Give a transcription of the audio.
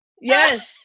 Yes